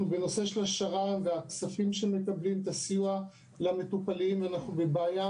בנושא השר"ם והכספים לסיוע למטופלים ואנחנו בבעיה